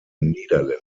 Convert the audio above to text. niederländer